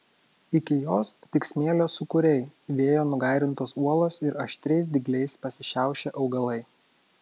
iki jos tik smėlio sūkuriai vėjo nugairintos uolos ir aštriais dygliais pasišiaušę augalai